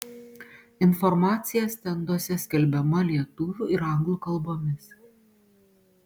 informacija stenduose skelbiama lietuvių ir anglų kalbomis